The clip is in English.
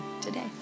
today